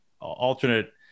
alternate